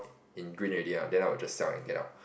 in green already then I will just sell and get out